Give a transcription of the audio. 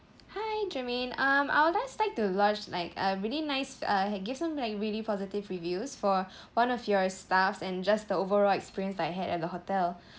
hi germaine um I would just like to lodge like a really nice uh give some like really positive reviews for one of your staffs and just the overall experience I had at the hotel